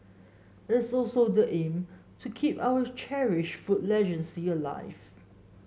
it also the aim to keep our cherished food legacy alive